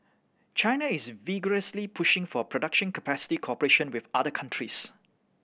China is vigorously pushing for production capacity cooperation with other countries